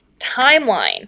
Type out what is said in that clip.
timeline